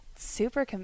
super